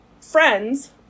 friends